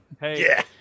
Hey